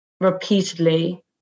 repeatedly